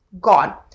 Gone